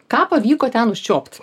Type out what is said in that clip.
ką pavyko ten užčiuopt